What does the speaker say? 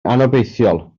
anobeithiol